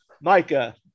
Micah